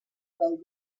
del